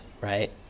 right